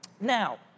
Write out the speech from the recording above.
now